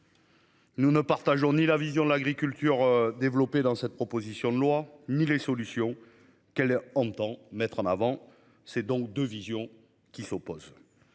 Nous ne partageons ni la vision de l'agriculture développé dans cette proposition de loi ni les solutions. Qu'elle entend mettre en avant, c'est donc 2 visions qui s'opposent.